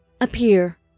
Appear